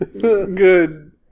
good